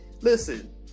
listen